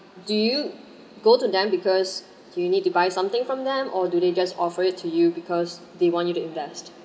do you go to them because you need to buy something from them or do they just offer it to you because they want you to invest